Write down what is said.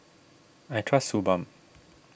I trust Suu Balm